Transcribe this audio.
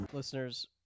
Listeners